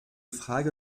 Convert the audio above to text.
frage